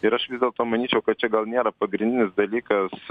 ir aš vis dėlto manyčiau kad čia gal nėra pagrindinis dalykas